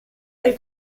del